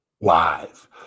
live